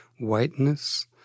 whiteness